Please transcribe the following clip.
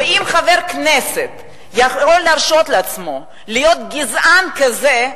ואם חבר כנסת יכול להרשות לעצמו להיות גזען כזה,